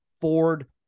Ford